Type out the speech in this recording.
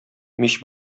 мич